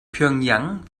pjöngjang